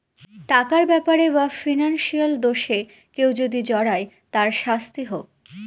টাকার ব্যাপারে বা ফিনান্সিয়াল দোষে কেউ যদি জড়ায় তার শাস্তি হোক